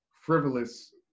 frivolous